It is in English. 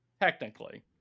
technically